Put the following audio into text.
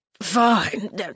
Fine